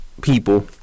people